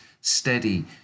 steady